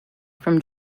from